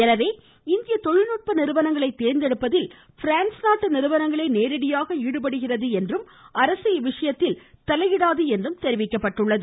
எனவே இந்திய தொழில்நுட்ப நிறுவனங்களை தேர்ந்தெடுப்பதில் பிரான்ஸ் நாட்டு நிறுவனங்களே நேரடியாக ஈடுபடும் என்றும் அரசு இவ்விசயத்தில் தலையிடாது என்றும் தெரிவிக்கப்பட்டுள்ளது